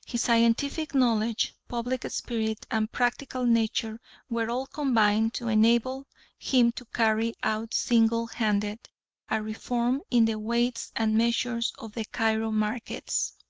his scientific knowledge, public spirit, and practical nature were all combined to enable him to carry out single-handed a reform in the weights and measures of the cairo markets.